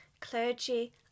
clergy